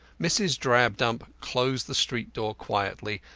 mrs. drabdump closed the street door quietly,